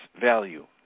value